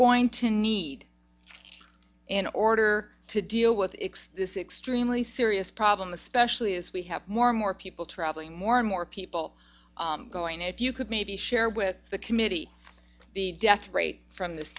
going to need in order to deal with x this really serious problem especially as we have more and more people traveling more and more people going if you could maybe share with the committee the death rate from this